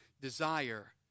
desire